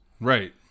right